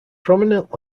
prominent